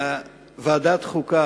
ועדת החוקה,